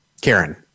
Karen